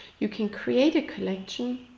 you can create a collection.